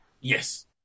Yes